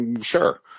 sure